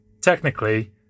Technically